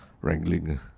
wrangling